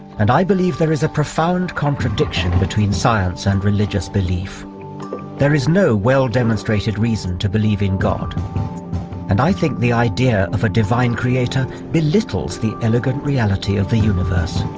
and i believe there is a profound contradiction between science and religious belief there is no well demonstrated reason to believe in god and i think the idea of a divine creator belittles the elegant reality of the universe